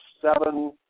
seven